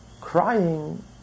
Crying